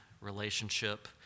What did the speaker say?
relationship